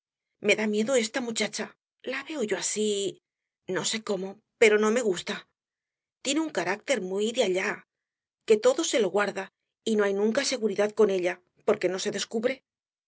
me da miedo esta muchacha la veo yo así no sé cómo pero no me gusta tiene un carácter muy de allá que todo se lo guarda y no hay nunca seguridad con ella porque no se descubre